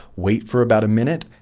wait for about a minute.